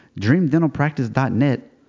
dreamdentalpractice.net